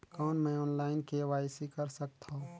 कौन मैं online KYC कर सकथव?